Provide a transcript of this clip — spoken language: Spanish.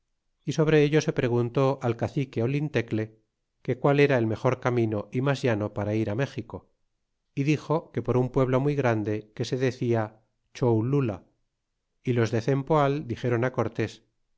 y sobre ello se preguntó al cacique olintecle que qul era mejor camino y mas llano para ir méxico y dixo que por un pueblo muy grande que se decia choulula y los de cempoal dixéron cortés